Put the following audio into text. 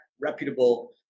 reputable